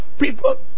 People